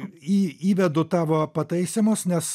į įvedu tavo pataisymus nes